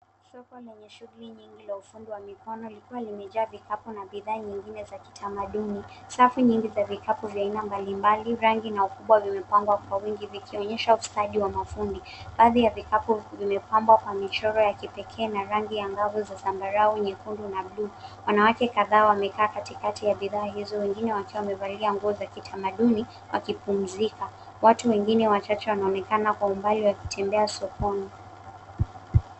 Soko lenye shughuli nyingi la ufundi wa mikono likiwa limejaa vikapu na bidhaa nyingine za kitamaduni. Safu nyingi za vikapu mbalimbali vya ina mbalimbali rangi na ukubwa vimepangwa kwa wingi vikionyesha ustadi wa mafundi. Baadhi ya vikapu vimepambwa kwa michoro ya kipekee na rangi angavu za zambarau, nyekundu na buluu. Wanawake kadhaa wamekaa katikatikati ya bidhaa hizo wengine wakiwa wamevalia nguo za kitamaduni wakipumzika. Watu wengine wachache kwa umbali wanaonekana wakitembea sokoni.